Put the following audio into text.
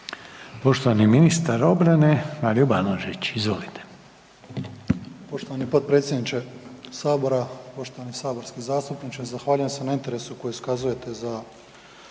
Poštovani ministar obrane, Mario Banožić, izvolite.